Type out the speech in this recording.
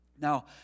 Now